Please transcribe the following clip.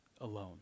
alone